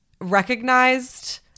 recognized